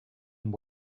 and